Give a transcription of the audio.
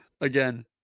again